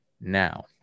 Now